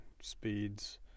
speeds